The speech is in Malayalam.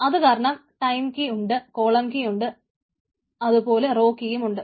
അതുകാരണം ടൈം കീ ഉണ്ട് കോളം കീ ഉണ്ട് അത് പോലെ റോ കീയും ഉണ്ട്